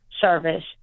service